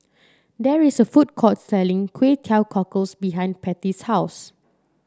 there is a food court selling Kway Teow Cockles behind Pattie's house